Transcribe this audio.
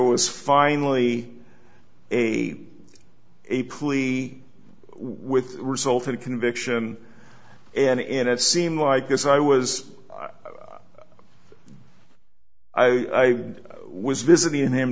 was finally a a plea with result a conviction and it seem like this i was i was visiting him